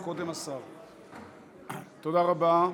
תודה רבה.